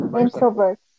Introvert